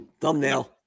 Thumbnail